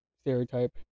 stereotype